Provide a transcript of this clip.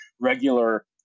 regular